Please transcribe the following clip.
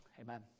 amen